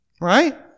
Right